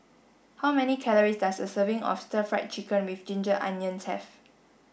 how many calories does a serving of stir fried chicken with ginger onions have